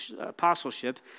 apostleship